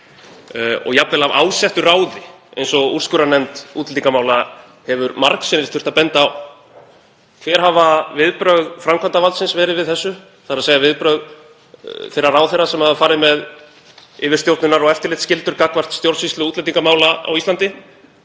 og jafnvel af ásettu ráði eins og úrskurðarnefnd útlendingamála hefur margsinnis þurft að benda á. Hver hafa viðbrögð framkvæmdarvaldsins verið við því, þ.e. viðbrögð þeirra ráðherra sem hafa farið með yfirstjórnunar- og eftirlitsskyldur gagnvart stjórnsýslu útlendingamála á Íslandi?